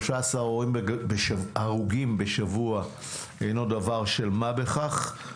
13 הרוגים בשבוע אינו דבר של מה בכך.